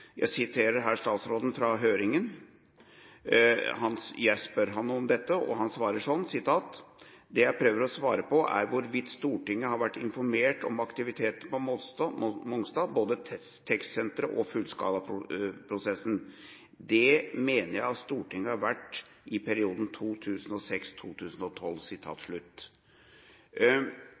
Jeg siterer her statsråden, fra høringa. Jeg spør ham om dette, og han svarer slik: «Det jeg prøver å svare på, er hvorvidt Stortinget har vært holdt informert om aktiviteten på Mongstad, både testsenteret og fullskalaprosessen.» Det «mener jeg at Stortinget har vært i